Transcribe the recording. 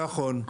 נכון.